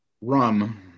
Rum